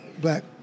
black